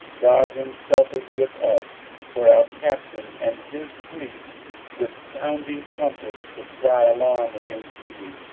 god himself is with us for our captain, and his priests with sounding trumpets to cry alarm against you.